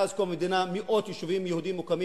מאז קום המדינה מאות יישובים יהודיים מוקמים,